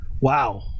Wow